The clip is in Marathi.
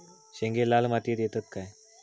शेंगे लाल मातीयेत येतत काय?